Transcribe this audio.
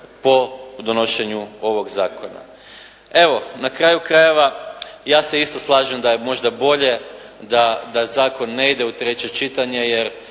po donošenju ovog zakona. Evo, na kraju krajeva ja se isto slažem da je možda bolje da zakon ne ide u treće čitanje jer